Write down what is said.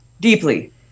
deeply